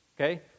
Okay